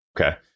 Okay